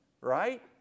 Right